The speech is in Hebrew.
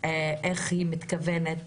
איך היא מתכוונת